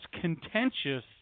contentious